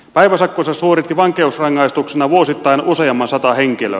päiväsakkonsa suoritti vankeusrangaistuksena vuosittain useamman sata henkilöä